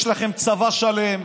יש לכם צבא שלם.